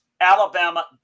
alabama